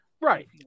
right